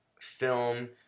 film